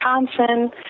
Wisconsin